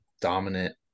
dominant